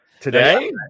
today